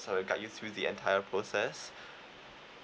website will guide you through the entire process